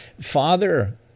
Father